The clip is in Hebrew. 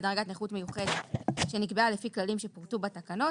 דרגת נכות מיוחדת שנקבעה לפי כללים שפורטו בתקנות,